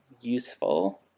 useful